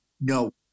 no